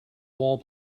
wall